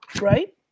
Right